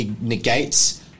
negates